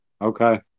Okay